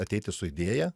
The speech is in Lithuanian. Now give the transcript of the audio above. ateiti su idėja